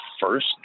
first